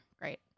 great